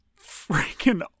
freaking